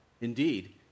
Indeed